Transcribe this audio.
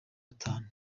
atanu